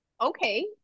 okay